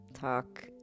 talk